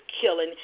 killing